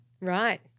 Right